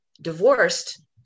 divorced